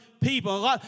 people